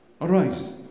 Arise